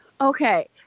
Okay